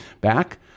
back